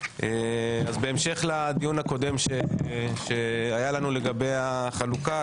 בהמשך לדיון הקודם שהיה לנו לגבי החלוקה,